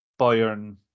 Bayern